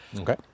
Okay